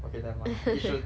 okay nevermind yishun